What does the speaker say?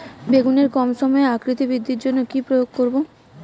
বেগুনের কম সময়ে আকৃতি বৃদ্ধির জন্য কি প্রয়োগ করব?